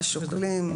מה שוקלים,